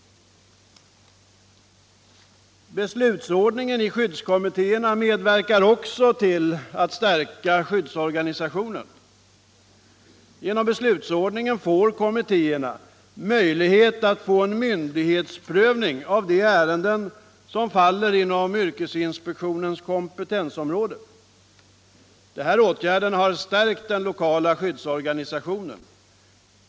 Beslutsordningen i skyddskommittéerna medverkar också till att stärka skyddsorganisationen. Genom beslutsordningen ges kommittéerna möjligheter att få en myndighetsprövning av de ärenden som faller inom yrkesinspektionens kompetensområde. De här åtgärderna har stärkt den lokala skyddsorganisationen.